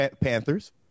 panthers